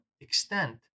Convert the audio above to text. extent